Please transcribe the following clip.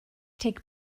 take